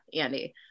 andy